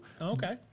okay